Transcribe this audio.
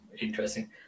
interesting